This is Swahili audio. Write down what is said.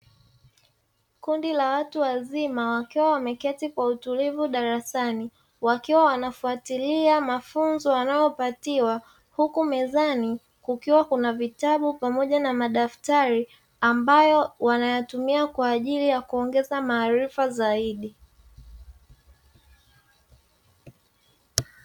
Kundi la watu wazima wakiwa wameketi kwa utulivu darasani wakiwa wanafuatilia mafunzo wanayopatiwa huku mezani kukiwa kuna vitabu pamoja na madaftari ambayo wanayatumia kwa ajili ya kuongeza maarifa zaidi.